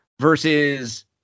versus –